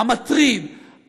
המטריד,